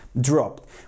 dropped